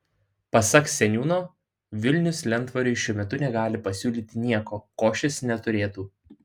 pasak seniūno vilnius lentvariui šiuo metu negali pasiūlyti nieko ko šis neturėtų